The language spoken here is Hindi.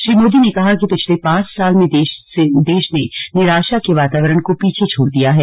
श्री मोदी ने कहा कि पिछले पांच साल में देश ने निराशा के वातावरण को पीछे छोड़ दिया है